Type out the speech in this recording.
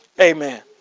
Amen